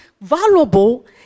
valuable